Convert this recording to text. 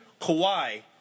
Kawhi